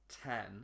ten